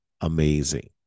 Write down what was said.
amazing